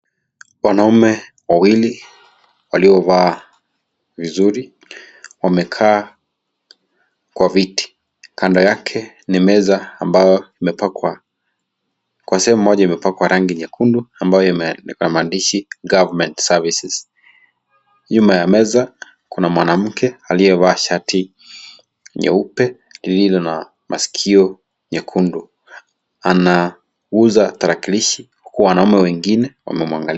Wanaume wawili waliovaa vizuri wamekaa kwa viti kando yake ni meza ambayo imepakwa kwa sehemu moja imepakwa rangi nyekundu ambayo yenye maandishi government services nyuma ya meza kuna mwanamke aliyevaa shati nyeupe lililo na maskio nyekundu anauza tarakilishi huku wanaume wengine wamemuangalia.